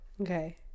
Okay